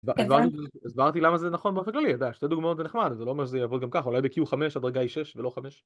‫הסברתי למה זה נכון באופן כללי, ‫אתה יודע, שתי דוגמאות זה נחמד, ‫זה לא אומר שזה יעבור גם ככה, ‫אולי ב Q5 הדרגה היא 6 ולא 5